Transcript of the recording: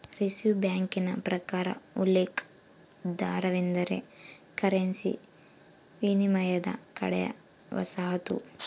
reserve ಬ್ಯಾಂಕಿನ ಪ್ರಕಾರ ಉಲ್ಲೇಖ ದರವೆಂದರೆ ಕರೆನ್ಸಿ ವಿನಿಮಯದ ಕಡೆಯ ವಸಾಹತು